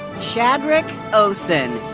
shadrack osen.